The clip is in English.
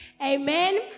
Amen